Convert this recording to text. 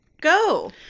go